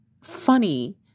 funny